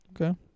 Okay